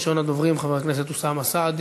ראשון הדוברים, חבר הכנסת אוסאמה סעדי